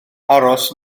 aros